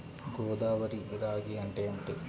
గోదావరి రాగి అంటే ఏమిటి?